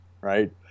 Right